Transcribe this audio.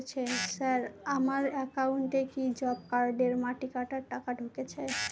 Sir আমার একাউন্টে কি জব কার্ডের মাটি কাটার টাকা ঢুকেছে?